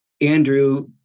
Andrew